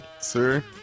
Sir